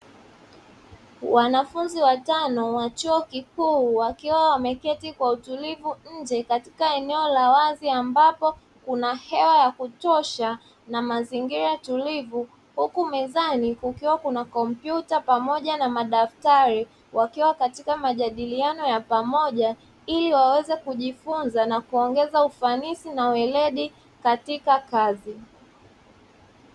Wanafunzi watano wa chuo kikuu, wakiwa wameketi kwa utulivu nje katika eneo la wazi, ambapo kuna hewa ya kutosha na mazingira tulivu. Huku mezani kukiwa kuna kompyuta pamoja na madaftari, wakiwa katika majadiliano ya pamoja ili waweze kujifunza na kuongeza ufanisi na uweledi katika kazi.